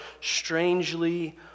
strangely